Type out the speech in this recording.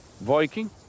Viking